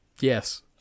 Yes